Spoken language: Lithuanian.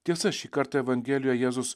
tiesa šį kartą evangelijoj jėzus